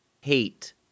hate